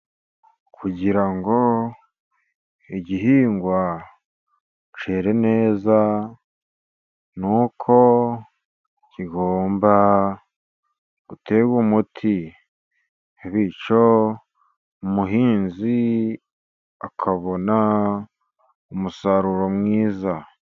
Kugira ngo igihingwa cyere neza ni uko kigomba guterwa umuti, bityo umuhinzi akabona umusaruro mwiza.